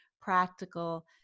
practical